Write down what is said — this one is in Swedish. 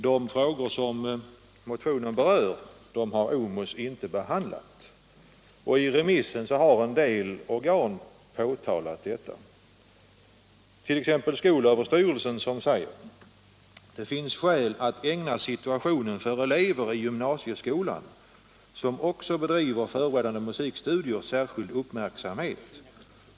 De frågor som motionen berör har OMUS inte behandlat, och i remissomgången har en del organ påtalat detta, t.ex. skolöverstyrelsen, som säger: Det finns skäl att ägna situationen för elever i gymnasieskolan som också bedriver förberedande musikstudier särskild uppmärksamhet.